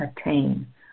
attain